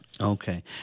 Okay